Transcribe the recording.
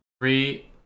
Three